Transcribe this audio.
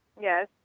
Yes